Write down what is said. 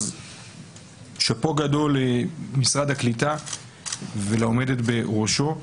שאפו גדול למשרד הקליטה ולעומדת בראשו,